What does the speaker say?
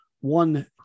One